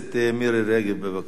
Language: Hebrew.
אה, חבר הכנסת נסים זאב.